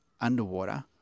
underwater